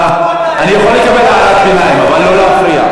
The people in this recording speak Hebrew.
סליחה, אני יכול לקבל הערת ביניים, אבל לא להפריע.